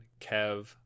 Kev